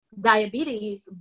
diabetes